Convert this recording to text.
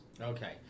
Okay